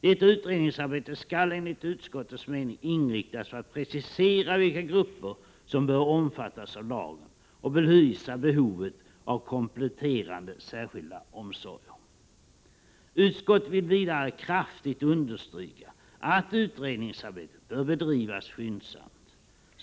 Detta utredningsarbete skall enligt utskottets mening inriktas på att precisera vilka grupper som bör omfattas av lagen och belysa behovet av kompletterande särskilda omsorger. Utskottet vill vidare kraftigt understryka att utredningsarbetet bör bedrivas skyndsamt.